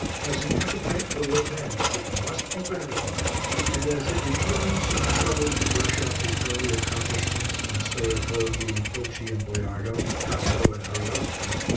has an appetite for romance which must be gratified and, as it would give him some trouble to brush up his early accomplishments and stay at home reading pulci and boiardo, tasso and ariosto,